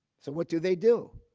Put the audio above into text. so what do they do?